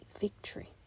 victory